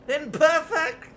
Imperfect